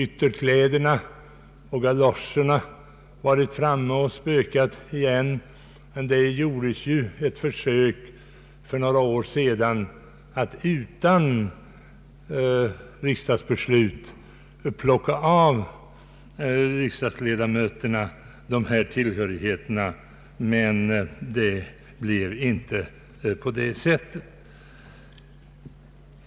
Ytterkläderna och galoscherna har varit framme och spökat igen, men det gjordes ju ett försök för några år sedan att utan riksdagsbeslut plocka av riksdagsledamöterna dessa tillhörigheter. Det blev dock inte på det sättet.